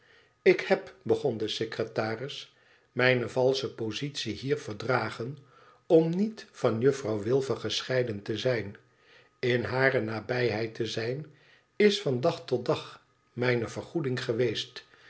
ik heb begon de secretaris i mijne valsche positie hier verdragen om niet van juffi ouw wilfer gescheiden te zijn in hare nabijheid te zijn is van dag tot dag mijne vergoeding geweest